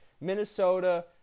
Minnesota